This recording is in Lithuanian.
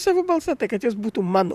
savo balsą tai kad jis būtų mano